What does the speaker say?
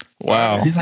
Wow